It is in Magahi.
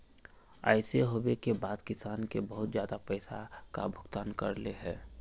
ऐसे होबे के बाद किसान के बहुत ज्यादा पैसा का भुगतान करले है?